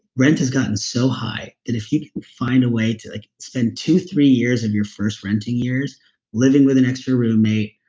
rent has gotten so high that if you can find a way to spend two, three years of your first renting years living with an extra roommate,